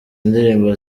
indirimbo